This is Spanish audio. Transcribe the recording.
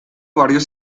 varios